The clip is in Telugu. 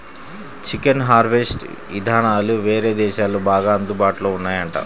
చికెన్ హార్వెస్ట్ ఇదానాలు వేరే దేశాల్లో బాగా అందుబాటులో ఉన్నాయంట